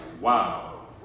wow